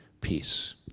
peace